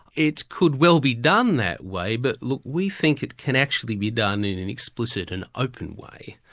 it could well be done that way, but, look, we think it can actually be done in an explicit and open way.